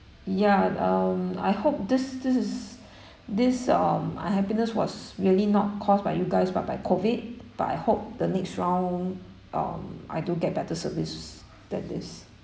ya um I hope this this is this um unhappiness was really not caused by you guys but by COVID but I hope the next round um I do get better service than this